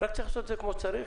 רק צריך לעשות את זה כמו שצריך.